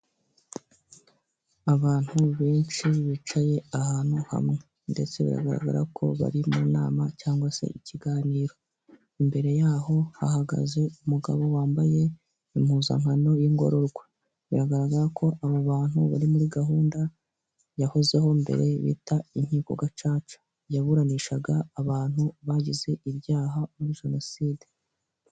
Abantu benshi bicaye ahantu hamwe ndetse biragaragara ko bari mu nama cyangwa se ikiganiro imbere yaho hahagaze umugabo wambaye impuzankano y'ingororwa biragaragara ko aba bantu bari muri gahunda yahozeho mbere bita inkiko gacaca yaburanishaga abantu bagize ibyaha muri jenoside.